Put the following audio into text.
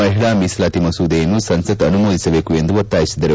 ಮಹಿಳಾ ಮೀಸಲಾತಿ ಮಸೂದೆಯನ್ನು ಸಂಸತ್ ಅನುಮೋದಿಸಬೇಕು ಎಂದು ಒತ್ತಾಯಿಸಿದರು